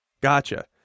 Gotcha